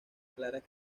claras